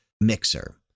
Mixer